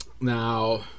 Now